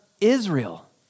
Israel